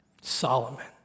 Solomon